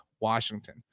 Washington